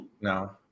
No